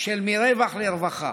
"מרווח לרווחה"